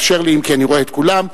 אם כי אני רואה את כולם.